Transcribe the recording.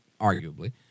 arguably